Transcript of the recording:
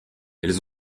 elles